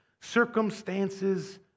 Circumstances